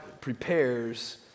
prepares